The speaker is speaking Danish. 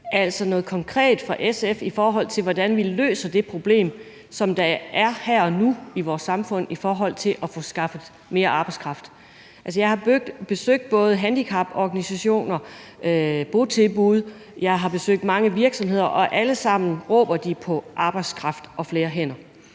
altså noget konkret fra SF, i forhold til hvordan vi løser det problem, som der er her og nu i vores samfund i forhold til at få skaffet mere arbejdskraft. Jeg har besøgt handicaporganisationer, botilbud, jeg har besøgt mange virksomheder, og alle sammen råber på arbejdskraft og flere hænder.